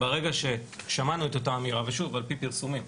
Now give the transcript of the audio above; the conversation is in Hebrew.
ברגע ששמענו את אותה אמירה ושוב עפ"י פרסומים,